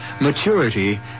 maturity